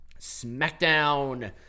smackdown